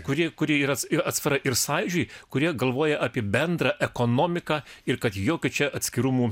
kurie kurie yra ir atsvara ir sąjūdžiui kurie galvoja apie bendrą ekonomiką ir kad jokių čia atskirumų